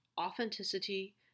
authenticity